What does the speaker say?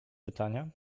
pytania